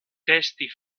testi